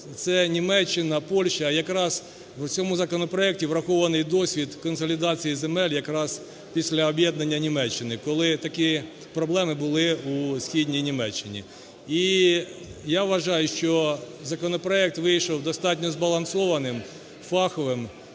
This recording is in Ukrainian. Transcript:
це Німеччина, Польща, якраз у цьому законопроекті врахований досвід консолідації земель якраз після об'єднання Німеччини, коли такі проблеми були у Східній Німеччині. І я вважаю, що законопроект вийшов достатньо збалансованим, фаховим,